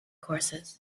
courses